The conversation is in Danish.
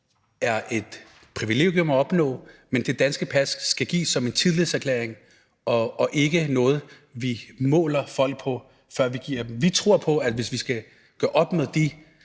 er et privilegium at opnå, men det danske pas skal gives som en tillidserklæring og skal ikke være noget, hvor vi måler folk i forhold til det, før vi giver dem det. Vi tror på, at hvis vi skal gøre op med den